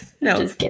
No